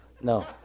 no